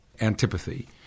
antipathy